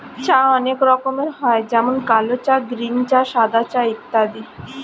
চা অনেক রকমের হয় যেমন কালো চা, গ্রীন চা, সাদা চা ইত্যাদি